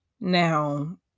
now